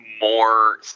more